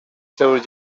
seus